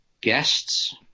guests